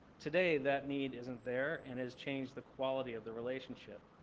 today, that need isn't there and has changed the quality of the relationship.